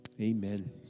Amen